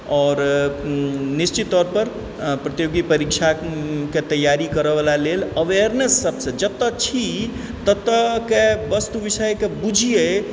आओर निश्चित तौरपर प्रतियोगी परीक्षाकेँ तैयारी करैवला वस्तु विषयकेँ बुझियै